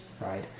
right